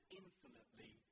infinitely